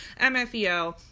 MFEO